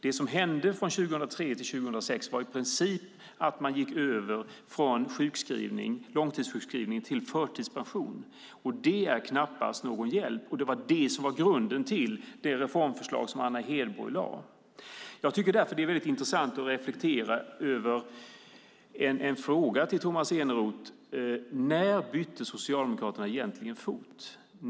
Det som hände från 2003 till 2006 var i princip att man gick över från långtidssjukskrivning till förtidspension. Det är knappast någon hjälp. Det var detta som var grunden till det reformförslag som Anna Hedborg lade fram. Jag tycker därför att det är intressant att reflektera över en fråga till Tomas Eneroth: När bytte Socialdemokraterna egentligen fot?